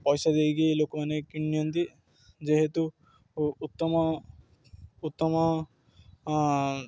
ପଇସା ଦେଇକି ଲୋକମାନେ କିଣି ନିଅନ୍ତି ଯେହେତୁ ଉତ୍ତମ ଉତ୍ତମ